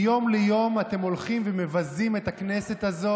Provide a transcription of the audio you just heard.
אם אתה לא שומע את עצמך,